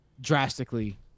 drastically